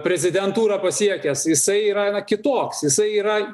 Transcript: prezidentūrą pasiekęs jisai yra kitoks jisai yra